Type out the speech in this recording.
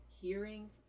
hearing